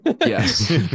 yes